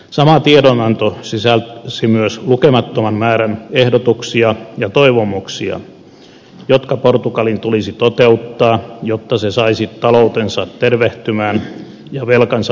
sama tiedonanto sisälsi myös lukemattoman määrän ehdotuksia ja toivomuksia jotka portugalin tulisi toteuttaa jotta se saisi taloutensa tervehtymään ja velkansa maksettua tulevaisuudessa